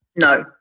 No